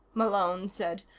malone said.